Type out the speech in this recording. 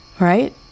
right